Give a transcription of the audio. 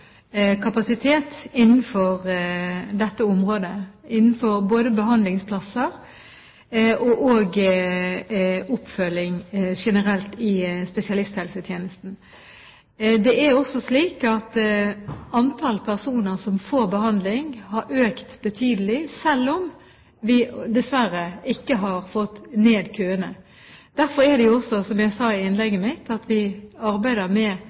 kapasitet innenfor dette området, innenfor behandlingsplasser og oppfølging generelt i spesialisthelsetjenesten. Det er også slik at antall personer som får behandling, har økt betydelig selv om vi dessverre ikke har fått ned køene. Derfor arbeider vi med kapasitet i hele denne sektoren, som jeg sa i